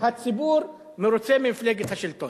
הציבור מרוצה ממפלגת השלטון.